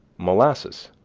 molasses.